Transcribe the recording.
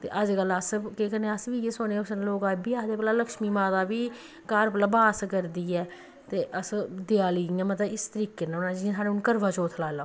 ते अजकल्ल अस केह् करने आं अस बी इ'यै सोचने लोक बी इये आखदे भला लक्ष्मी माता बी घर भला बास करदी ऐ ते अस देआली इ'यां मतलब इस तरीके कन्नै मनाने जियां साढ़े हून करवाचौथ लाई लाओ